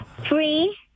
Three